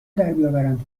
دربیاورند